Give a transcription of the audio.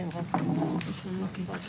ד(1).